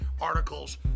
articles